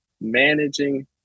managing